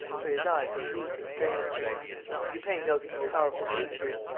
for his eyes were weak and strained. lupin noticed the powerful features,